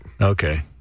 Okay